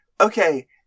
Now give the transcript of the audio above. okay